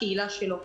לקהילה שלו,